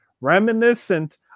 reminiscent